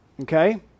Okay